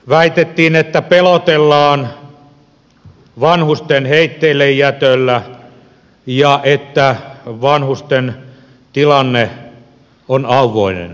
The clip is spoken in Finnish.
väitettiin että pelotellaan vanhusten heitteillejätöllä ja että vanhusten tilanne on auvoinen